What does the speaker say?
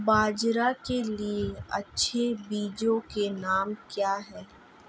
बाजरा के लिए अच्छे बीजों के नाम क्या हैं?